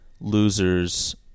losers